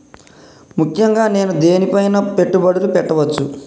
ముఖ్యంగా నేను దేని పైనా పెట్టుబడులు పెట్టవచ్చు?